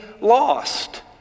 lost